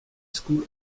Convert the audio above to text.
school